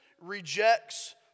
rejects